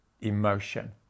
emotion